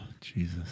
jesus